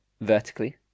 vertically